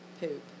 poop